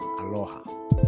Aloha